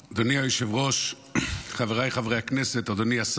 אדוני היושב-ראש, חבריי חברי הכנסת, אדוני השר,